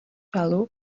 value